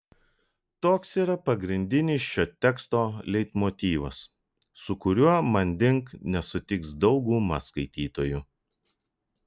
toks yra pagrindinis šio teksto leitmotyvas su kuriuo manding nesutiks dauguma skaitytojų